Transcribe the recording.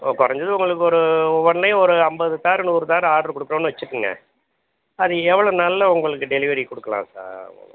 குறைஞ்சது உங்களுக்கு ஒரு ஒடனே ஒரு ஐம்பது தார் நூறு தார் ஆட்ரு கொடுக்குறோன்னு வச்சுக்கங்க அது எவ்வளோ நாளில் உங்களுக்கு டெலிவெரி கொடுக்குலாம் சார்